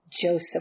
Joseph